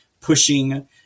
pushing